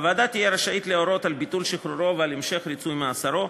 הוועדה תהיה רשאית להורות על ביטול שחרורו ועל המשך ריצוי מאסרו,